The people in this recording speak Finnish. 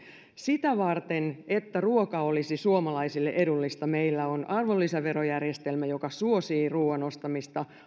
sitä varten että ruoka olisi suomalaisille edullista meillä on arvonlisäverojärjestelmä joka suosii ruoan ostamista